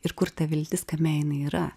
ir kur ta viltis kame jinai yra